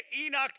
Enoch